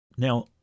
Now